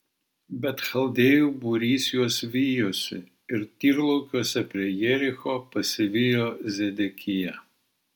bet chaldėjų būrys juos vijosi ir tyrlaukiuose prie jericho pasivijo zedekiją